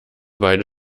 beide